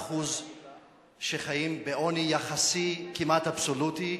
ה-10% שחיים בעוני יחסי כמעט אבסולוטי,